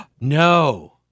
No